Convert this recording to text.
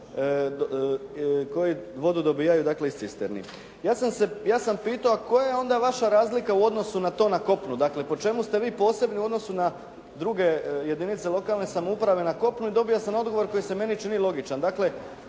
koji vodu dobivaju iz cisterni. Ja sam pitao koja je onda vaša razlika u odnosu na to na kopno, dakle po čemu ste vi posebni u odnosu na druge jedinice lokalne samouprave na kopnu i dobio sam odgovor koji se meni čini logičan.